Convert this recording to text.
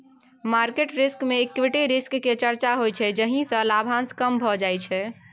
market risk मे equity risk केर चर्चा होइ छै जाहि सँ लाभांश कम भए जाइ छै